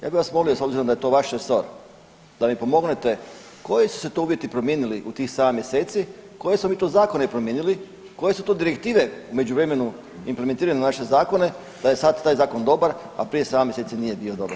Ja bih vas molio s obzirom da je to vaš resor da mi pomognete koji su se to uvjeti promijenili u tih 7 mjeseci, koje smo mi to zakone promijenili, koje su to direktive u međuvremenu implementirane u naše zakone da je sad taj zakon dobar a prije 7 mjeseci nije bio dobar.